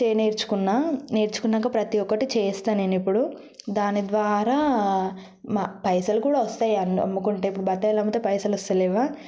నేను నేర్చుకున్న నేర్చుకున్నాక ప్రతి ఒక్కటి చేస్తా నేను ఇప్పుడు దాని ద్వారా మా పైసలు కూడా వస్తాయి అమ్ముకుంటే ఇప్పుడు బత్తాయిలు అమ్మితే పైసలు వస్తలేవా